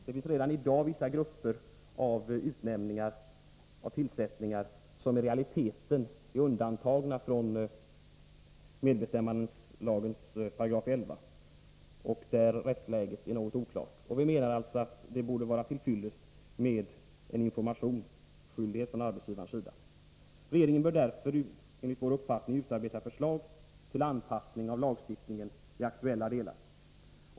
Det finns redan i dag vissa grupper av utnämningar och tillsättningar som i realiteten är undantagna från medbestämmandelagens 11 § och där rättsläget är något oklart. Vi menar alltså att det borde vara till fyllest med en informationsskyldighet från arbetsgivarens sida. Regeringen bör därför enligt vår uppfattning utarbeta förslag till anpassning av lagstiftningen i aktuella delar.